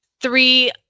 three